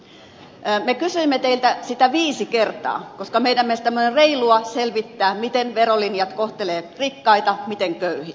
me kysyimme teiltä sitä viisi kertaa koska meidän mielestämme on reilua selvittää miten verolinjat kohtelevat rikkaita miten köyhiä